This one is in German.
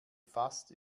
fast